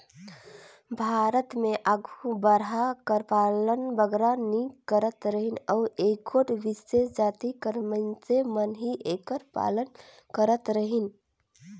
भारत में आघु बरहा कर पालन बगरा नी करत रहिन अउ एगोट बिसेस जाति कर मइनसे मन ही एकर पालन करत रहिन